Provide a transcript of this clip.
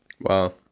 Wow